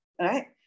right